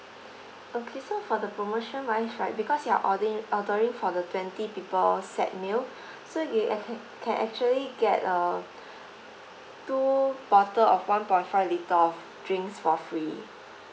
okay so for the promotion wise right because you're ordering ordering for the twenty people set meal so you ac~ can actually get uh two bottle of one point five litre of drinks for free